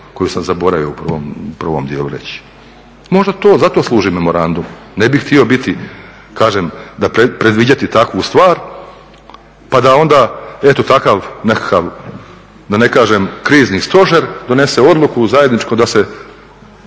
koju sam zaboravio u prvom dijelu reći. Možda za to služi memorandum. Ne bih htio biti kažem predviđati takvu stvar pa da onda eto takav nekakav da ne kažem krizni stožer donese odluku zajedničku da se